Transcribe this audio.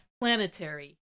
planetary